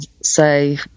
say